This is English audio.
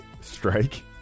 strike